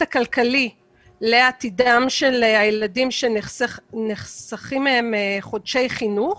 הכלכלי לעתידם של הילדים שנחסכים מהם חודשי חינוך.